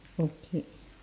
okay